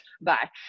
bye